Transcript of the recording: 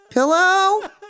Pillow